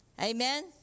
Amen